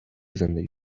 زندگی